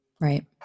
Right